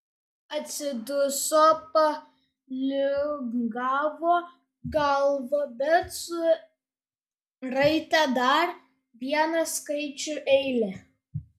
atsiduso palingavo galvą bet suraitė dar vieną skaičių eilę